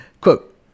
Quote